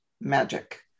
magic